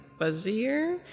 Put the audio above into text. fuzzier